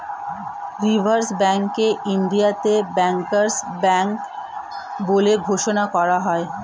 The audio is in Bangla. রিসার্ভ ব্যাঙ্ককে ইন্ডিয়াতে ব্যাংকার্স ব্যাঙ্ক বলে ঘোষণা করা হয়